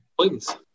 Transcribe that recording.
Please